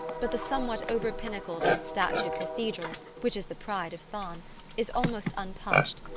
but the somewhat over-pinnacled and statued cathedral which is the pride of thann is almost untouched,